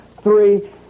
three